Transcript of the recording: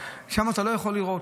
ושם אתה לא יכול לראות,